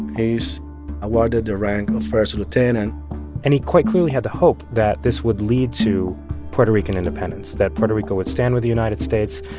he's awarded the rank of first lieutenant and he quite clearly had the hope that this would lead to puerto rican independence, that puerto rico would stand with the united states.